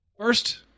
First